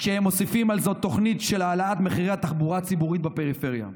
כשהם מוסיפים על זה תוכנית של העלאת מחירי התחבורה הציבורית בפריפריה,